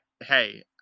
hey